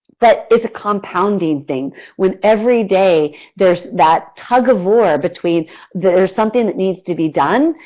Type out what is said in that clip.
but it's a compounding thing when everyday there is that tug of war between there is something that needs to be done,